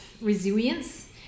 resilience